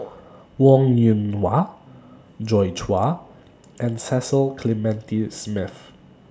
Wong Yoon Wah Joi Chua and Cecil Clementi Smith